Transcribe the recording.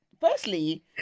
Firstly